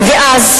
ואז